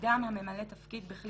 מוצלח בכלי